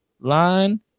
line